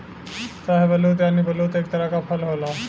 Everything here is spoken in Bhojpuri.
शाहबलूत यानि बलूत एक तरह क फल होला